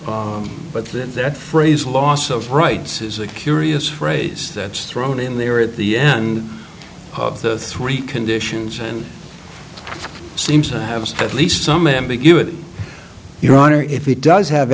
else but but that phrase loss of rights is a curious phrase that's thrown in there at the end of the three conditions and seems to have at least some ambiguity your honor if it does have